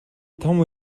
том